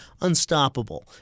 unstoppable